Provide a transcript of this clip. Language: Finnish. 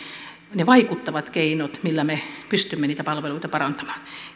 ne vaikuttavat keinot millä me pystymme niitä palveluita parantamaan